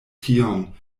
tion